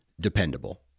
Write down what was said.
dependable